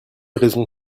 raison